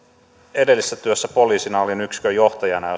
edellisessä työssäni poliisina olin johtajana